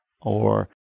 or-